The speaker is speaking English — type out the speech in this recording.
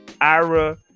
Ira